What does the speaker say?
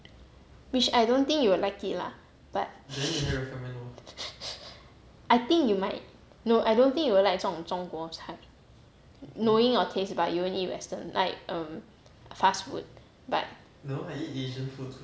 which I don't think you will like it lah but I think you might no I don't think you will like 这种中国菜 knowing your taste but you only eat western like um fast food